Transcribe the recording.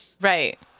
Right